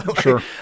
Sure